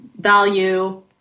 value